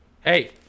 Hey